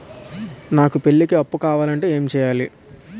నాకు పెళ్లికి అప్పు కావాలంటే ఏం చేయాలి?